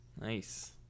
Nice